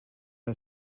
are